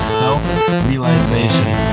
self-realization